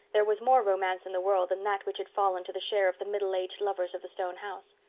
there was more romance in the world than that which had fallen to the share of the middle-aged lovers of the stone house.